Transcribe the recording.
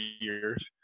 years